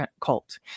cult